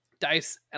Dice